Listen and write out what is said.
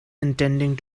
intending